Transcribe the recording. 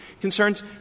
concerns